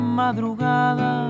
madrugada